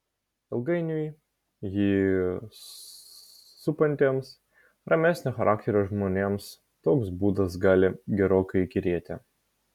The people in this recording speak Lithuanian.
ilgainiui jį supantiems ramesnio charakterio žmonėms toks būdas gali gerokai įkyrėti